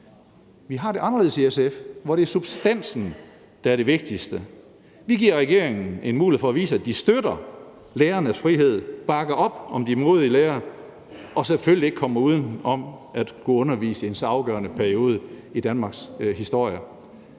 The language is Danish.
Vi har det anderledes i SF, hvor det er substansen, der er det vigtigste. Vi giver regeringen en mulighed for at vise, at den støtter lærernes frihed og bakker op om de modige lærere, og at man selvfølgelig ikke kommer uden om, at der skal undervises i en så afgørende periode i Danmarks historie.